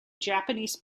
japanese